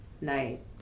Night